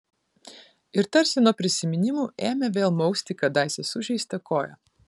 ir tarsi nuo prisiminimų ėmė vėl mausti kadaise sužeistą koją